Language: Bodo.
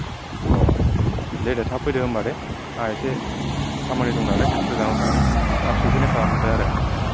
अ दे दे थाब फैदो होम्बा दे आंहा इसे खामानि दं नालाय गोजानाव थांनो थाब सौफैनाय खालामदो आरो